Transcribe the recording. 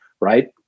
right